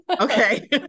Okay